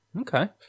Okay